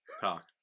talk